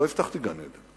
לא הבטחתי גן-עדן,